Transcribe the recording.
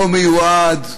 לא מיועד למעלה-אדומים.